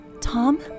Tom